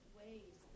ways